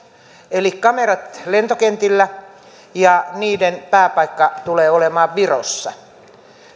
eli kamerat lentokentillä ja niiden pääpaikka tulee olemaan virossa